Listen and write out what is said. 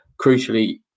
crucially